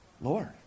Lord